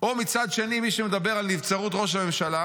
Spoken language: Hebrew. או מצד שני מי שמדבר על נבצרות ראש הממשלה,